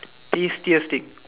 tastiest thing